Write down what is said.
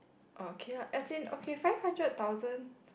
okay lah as in okay five hundred thousand